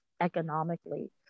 economically